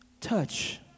touch